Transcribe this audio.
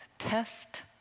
Test